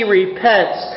repents